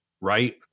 right